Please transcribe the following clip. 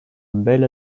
bel